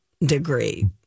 degree